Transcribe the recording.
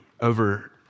over